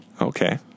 Okay